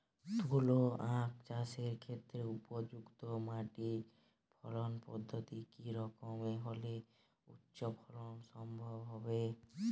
তুলো আঁখ চাষের ক্ষেত্রে উপযুক্ত মাটি ফলন পদ্ধতি কী রকম হলে উচ্চ ফলন সম্ভব হবে?